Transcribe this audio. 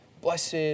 Blessed